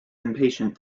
impatient